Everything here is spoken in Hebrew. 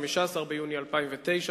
15 ביוני 2009,